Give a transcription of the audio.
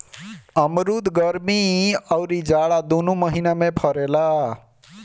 अमरुद गरमी अउरी जाड़ा दूनो महिना में फरेला